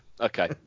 okay